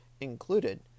included